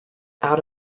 out